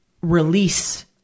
release